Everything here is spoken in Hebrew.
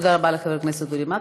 תודה רבה לחבר הכנסת אורי מקלב.